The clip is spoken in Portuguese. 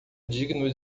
digno